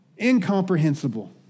Incomprehensible